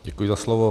Děkuji za slovo.